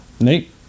Nate